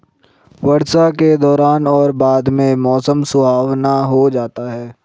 वर्षा के दौरान और बाद में मौसम सुहावना हो जाता है